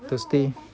thursday